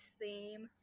theme